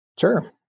Sure